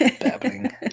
babbling